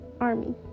army